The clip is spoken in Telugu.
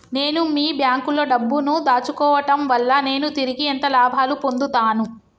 నేను మీ బ్యాంకులో డబ్బు ను దాచుకోవటం వల్ల నేను తిరిగి ఎంత లాభాలు పొందుతాను?